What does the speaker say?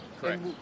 correct